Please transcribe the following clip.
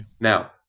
Now